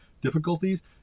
difficulties